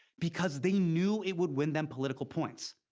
because they knew it would win them political points.